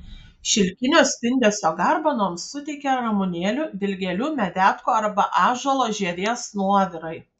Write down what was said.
šilkinio spindesio garbanoms suteikia ramunėlių dilgėlių medetkų arba ąžuolo žievės nuovirai